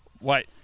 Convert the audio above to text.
Wait